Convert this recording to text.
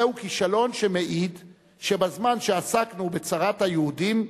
זהו כישלון שמעיד שבזמן שעסקנו בצרת היהודים,